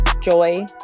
joy